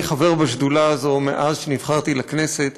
אני חבר בשדולה הזאת מאז נבחרתי לכנסת,